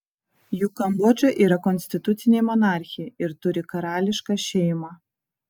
juk kambodža yra konstitucinė monarchija ir turi karališką šeimą